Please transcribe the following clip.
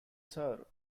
sir